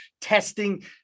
testing